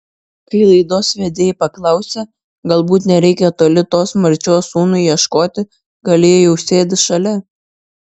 kai laidos vedėjai paklausė galbūt nereikia toli tos marčios sūnui ieškoti gal ji jau sėdi šalia